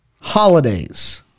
holidays